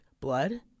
blood